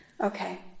okay